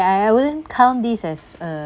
I I wouldn't count this as a